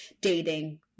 dating